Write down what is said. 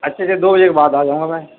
اچھا اچھا دو بجے کے بعد آ جاؤں گا میں